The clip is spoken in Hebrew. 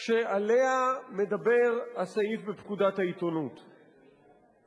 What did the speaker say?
שעליה הסעיף בפקודת העיתונות מדבר.